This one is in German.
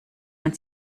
man